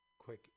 quick